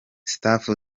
staff